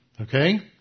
Okay